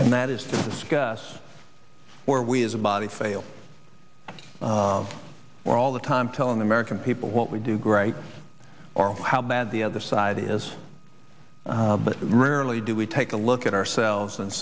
and that is to discuss or we as a body fail where all the time telling the american people what we do great or how bad the other side is but rarely do we take a look at ourselves and